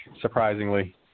surprisingly